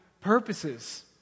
purposes